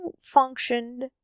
functioned